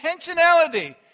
intentionality